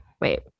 wait